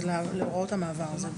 זה להוראות המעבר.